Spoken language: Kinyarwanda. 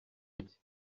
iki